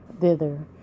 thither